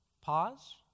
pause